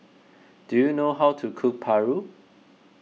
do you know how to cook Paru